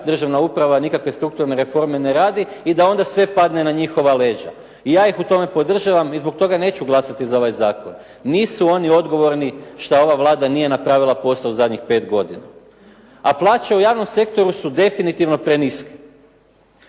državna uprava, nikakve strukturne reforme ne radi i da onda sve padne na njihova leđa. I ja ih u tome podržavam i zbog toga neću glasati za ovaj zakon. Nisu oni odgovorni šta ova Vlada nije napravila posao u zadnjih pet godina. A plaće u javnom sektoru su definitivno preniske.